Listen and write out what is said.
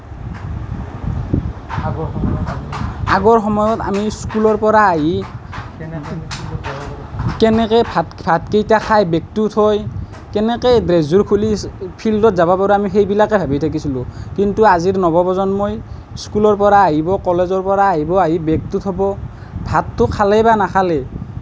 আগৰ সময়ত আমি স্কুলৰ পৰা আহি কেনেকৈ ভাত ভাতকেইটা খাই বেগটো থৈ কেনেকৈ ড্ৰেছযোৰ খুলি ফিল্ডত যাব পাৰোঁ আমি সেইবিলাকে ভাবি থাকিছিলোঁ কিন্তু আজিৰ নৱপ্ৰজন্মই স্কুলৰ পৰা আহিব কলেজৰ পৰা আহিব আহি বেগটো থ'ব ভাতটো খালেই বা নাখালেই